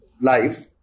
life